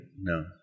No